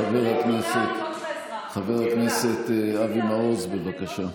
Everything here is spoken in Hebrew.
חבר הכנסת אבי מעוז, בבקשה.